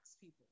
people